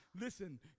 Listen